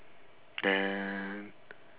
and